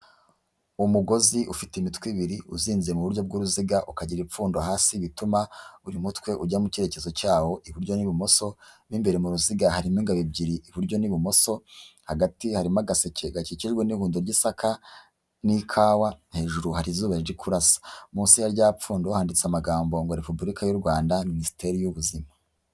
Umugozi ufite imitwe ibiri uzinze mu buryo bw'uruziga ukagira ipfundo hasi bituma buri mutwe ujya mu cyerekezo cyawo iburyo n'ibumoso, mu imbere mu ruziga harimo ingabo ebyiri iburyo n'ibumoso, hagati harimo agaseke gakikijwe n'ihundo ry'isaka n'ikawa, hejuru hari izuba riri kurasa, munsi ya rya pfundo handitse amagambo ngo repubulika y'u Rwanda minisiteri y'ubuzima.